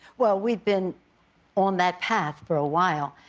well, we've been on that path for a while.